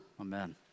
amen